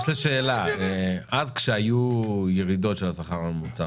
יש לי שאלה, אז כשהיו ירידות של השכר הממוצע